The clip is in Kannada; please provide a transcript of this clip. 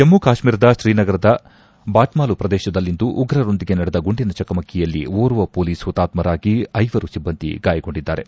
ಜಮ್ಮ ಕಾಶ್ಮೀರದ ಶ್ರೀನಗರದ ಬಾಟ್ಮಾಲು ಪ್ರದೇಶದಲ್ಲಿಂದು ಉಗ್ರರೊಂದಿಗೆ ನಡೆದ ಗುಂಡಿನ ಚಕಮಕಿಯಲ್ಲಿ ಓರ್ವ ಮೊಲೀಸ್ ಹುತಾತ್ವರಾಗಿ ಐವರು ಸಿಬ್ಬಂದಿ ಗಾಯಗೊಂಡಿದ್ದಾರೆ